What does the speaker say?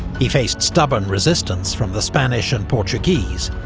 he faced stubborn resistance from the spanish and portuguese,